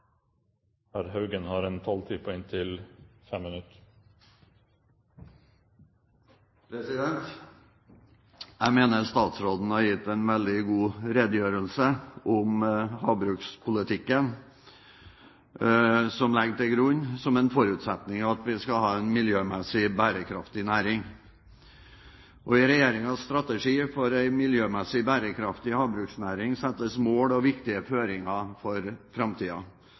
Jeg mener at statsråden har gitt en meget god redegjørelse om havbrukspolitikken, som legger til grunn, som en forutsetning, at vi skal ha en miljømessig bærekraftig næring. I regjeringens strategi for en miljømessig bærekraftig havbruksnæring settes mål og viktige føringer for